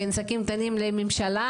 בין עסקים קטנים לממשלה?